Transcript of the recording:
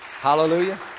Hallelujah